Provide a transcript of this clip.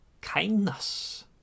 kindness